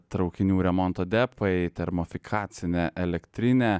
traukinių remonto depai termofikacinė elektrinė